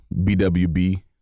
BWB